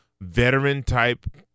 veteran-type